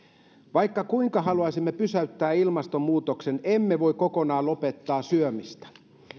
vaikka kuinka haluaisimme pysäyttää ilmastonmuutoksen emme voi kokonaan lopettaa syömistä